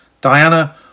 Diana